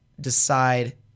decide